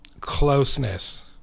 closeness